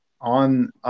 on